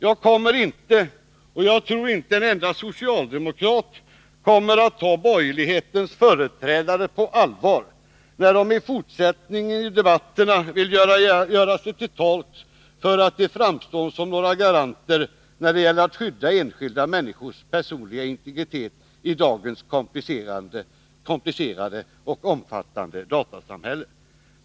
Jag tror inte att någon enda socialdemokrat kommer att ta borgerlighetens företrädare på allvar när de i fortsättningen vill försöka framstå som garanter när det gäller att skydda enskilda människors personliga integritet i dagens komplicerade och omfattande datasamhälle.